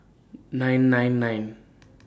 nine nine nine